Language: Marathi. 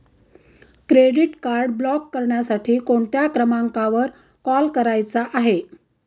क्रेडिट कार्ड ब्लॉक करण्यासाठी कोणत्या क्रमांकावर कॉल करायचा आहे?